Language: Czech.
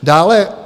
Dále.